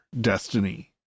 destiny